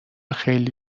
خیلی